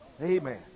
Amen